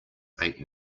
eight